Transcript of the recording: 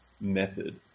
method